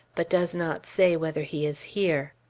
but does not say whether he is here.